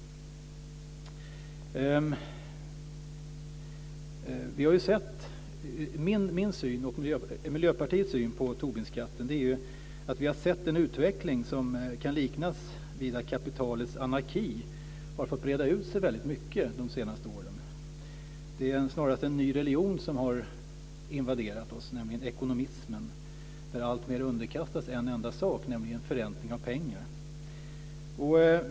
Min och Miljöpartiets syn på Tobinskatten är denna: Vi har sett att en utveckling som kan liknas vid kapitalets anarki har fått breda ut sig väldigt mycket de senaste åren. Det är snarast en ny religion som har invaderat oss, nämligen ekonomismen, där alltmer underkastas en enda sak, nämligen förräntning av pengar.